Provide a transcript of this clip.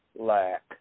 lack